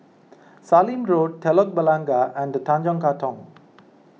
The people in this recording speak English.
Sallim Road Telok Blangah and Tanjong Katong